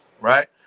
Right